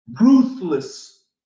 Ruthless